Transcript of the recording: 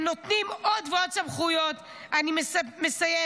הם נותנים עוד ועוד סמכויות, אני מסיימת,